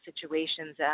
situations